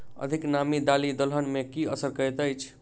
अधिक नामी दालि दलहन मे की असर करैत अछि?